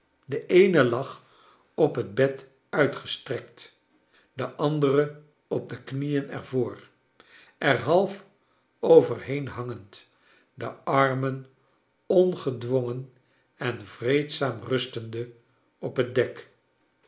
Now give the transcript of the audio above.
de eene lag op het bed uitgestrekt de andere op de knieen er voor er half overheen hangend de armen ongedwongen en vreedzaam rustende op het dek